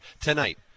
tonight